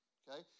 okay